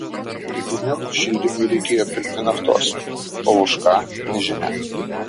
rudeniop šildymui reikėjo pirkti naftos o už ką nežinia